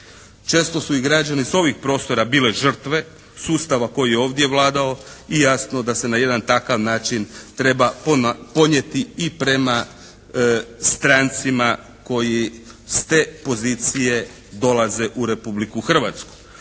Često su i građani sa ovih prostora bile žrtve sustava koji je i ovdje vladao i jasno da se na jedan takav način treba ponijeti i prema strancima koji s te pozicije dolaze u Republiku Hrvatsku.